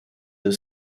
the